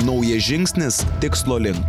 naujas žingsnis tikslo link